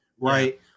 right